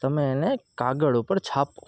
તમે એને કાગળ ઉપર છાપો